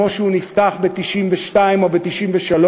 כמו שהוא נפתח ב-1992 או ב-1993,